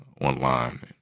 online